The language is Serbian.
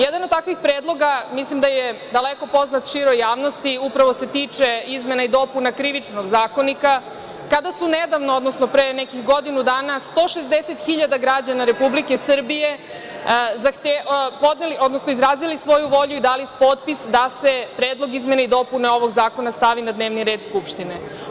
Jedan od takvih predloga mislim da je daleko poznat široj javnosti, upravo se tiče izmena i dopuna Krivičnog zakonika, kada su nedavno, odnosno pre nekih godinu dana, 160.000 građana Republike Srbije podneli, odnosno izrazili svoju volju i dali svoj potpis da se predlog izmena i dopuna ovog zakona stavi na dnevni red Skupštine.